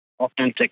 authentic